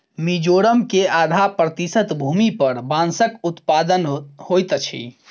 मिजोरम के आधा प्रतिशत भूमि पर बांसक उत्पादन होइत अछि